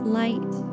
light